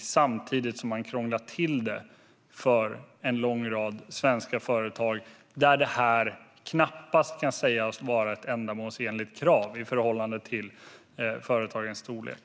Detta gör man samtidigt som man krånglar till det för en lång rad svenska företag där detta knappast kan sägas vara ett ändamålsenligt krav i förhållande till företagens storlek.